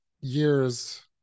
years